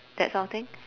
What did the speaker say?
that's sort of thing